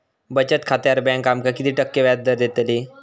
बचत खात्यार बँक आमका किती टक्के व्याजदर देतली?